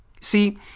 See